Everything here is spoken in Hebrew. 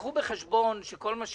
תיקחו בחשבון שכל מה שמדברים,